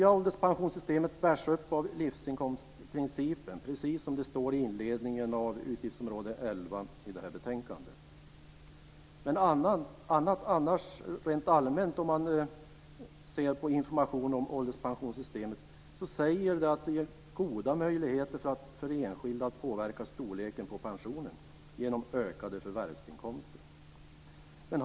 I inledningen till avsnittet om utgiftsområde 11 i betänkandet står det att det nya ålderspensionssystemet bärs upp av livsinkomstprincipen. I den information som annars rent allmänt ges om ålderspensionssystemet framhålls att det ger goda möjligheter för enskilda att påverka storleken på pensionen genom ökade förvärvsinkomster.